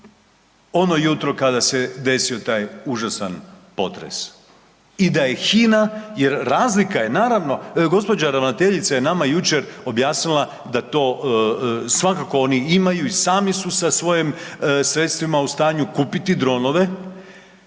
ono jutro kada se desio taj užasan potres i da je HINA jer razlika je naravno, gđa. ravnateljica je nama jučer objasnila da to svakako oni imaju i sami su sa svojim sredstvima kupiti dronove,